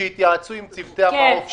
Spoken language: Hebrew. שיתייעצו עם צוותי המעוף.